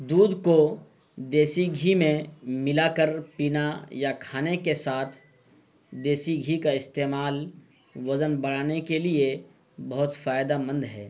دودھ کو دیسی گھی میں ملا کر پینا یا کھانے کے ساتھ دیسی گھی کا استعمال وزن بڑھانے کے لیے بہت فائدہ مند ہے